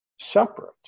separate